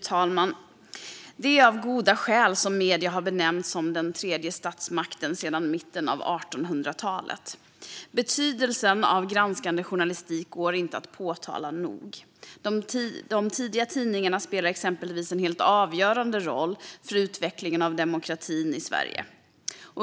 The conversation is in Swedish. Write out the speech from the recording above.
Fru talman! Det är av goda skäl som medierna har benämnts som den tredje statsmakten sedan mitten av 1800-talet. Betydelsen av granskande journalistik går inte att understryka nog; de tidiga tidningarna spelade exempelvis en helt avgörande roll för utvecklingen av demokratin i Sverige.